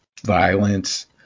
violence